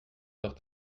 heures